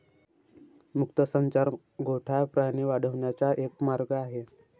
मुक्त संचार गोठा प्राणी वाढवण्याचा एक मार्ग आहे